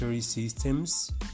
systems